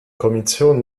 kommission